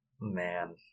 man